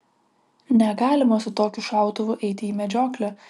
negalima su tokiu šautuvu eiti į medžioklę